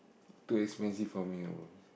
too expensive for me ah bro